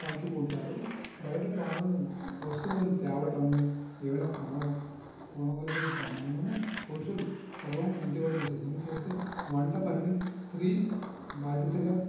పంచుకుంటారు బయట పనులను వస్తువులను తేవటం ఏమైనా కోనం కొనగలిగిన సామానులను పురుషులు సర్వం ఇంటి వద్దన సిద్ధం చేస్తే వంట పనిని స్త్రీ బాధ్యతగా